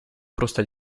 просто